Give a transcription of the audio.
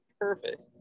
perfect